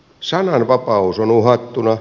sananvapaus on uhattuna